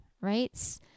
Right